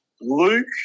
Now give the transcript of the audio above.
Luke